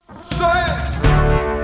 Science